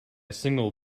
single